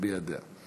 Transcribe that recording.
אביע דעה.